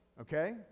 okay